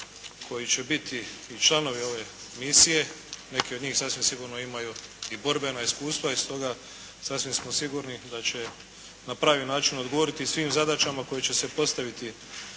koji će biti i članovi ove misije, neki od njih sasvim sigurno imaju i borbena iskustva i stoga sasvim smo sigurni da će na pravi način odgovoriti svim zadaćama koje će se postaviti